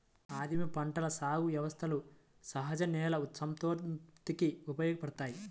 ఆదిమ పంటల సాగు వ్యవస్థలు సహజ నేల సంతానోత్పత్తికి ఉపయోగపడతాయి